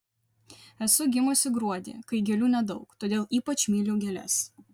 esu gimusi gruodį kai gėlių nedaug todėl ypač myliu gėles